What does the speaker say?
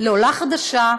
לעולה חדשה,